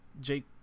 Jake